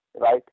right